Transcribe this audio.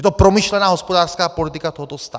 Je to promyšlená hospodářská politika tohoto státu?